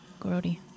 Grody